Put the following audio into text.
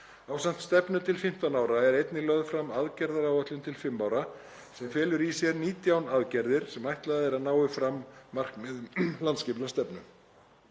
Ásamt stefnu til 15 ára er einnig lögð fram aðgerðaáætlun til fimm ára sem felur í sér 19 aðgerðir sem ætlað er að nái fram markmiðum landsskipulagsstefnu.